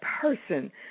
person